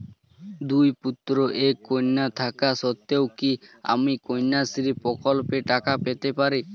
দুই পুত্র এক কন্যা থাকা সত্ত্বেও কি আমি কন্যাশ্রী প্রকল্পে টাকা পেতে পারি?